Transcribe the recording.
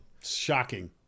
Shocking